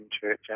Church